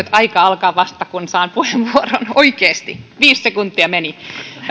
aika alkaa vasta kun saan puheenvuoron oikeasti viisi sekuntia meni